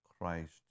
Christ